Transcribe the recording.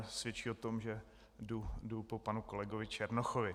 Svědčí o tom, že jdu po panu kolegovi Černochovi.